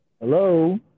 hello